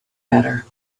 better